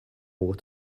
what